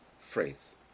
phrase